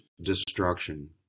destruction